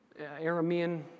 Aramean